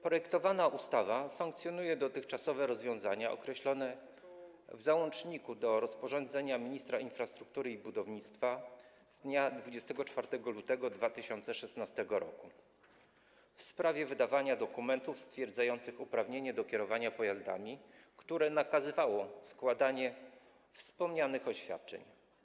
Projektowana ustawa sankcjonuje dotychczasowe rozwiązania określone w załączniku do rozporządzenia ministra infrastruktury i budownictwa z dnia 24 lutego 2016 r. w sprawie wydawania dokumentów stwierdzających uprawnienie do kierowania pojazdami, które nakazywało składanie wspomnianych oświadczeń.